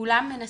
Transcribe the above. כולם מנסים,